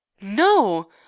No